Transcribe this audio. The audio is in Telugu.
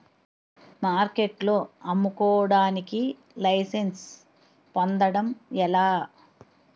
మార్కెట్లో అమ్ముకోడానికి లైసెన్స్ పొందడం ఎలా?